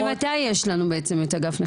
ממתי יש לנו לוחמות?